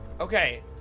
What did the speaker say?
Okay